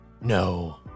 No